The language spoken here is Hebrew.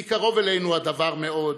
כי קרוב אלינו הדבר מאוד,